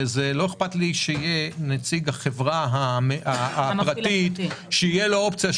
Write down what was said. לא אכפת לי שלנציג החברה הפרטית תהיה אופציה,